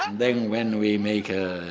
um then when we make a